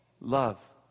love